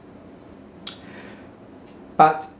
but